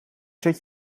zet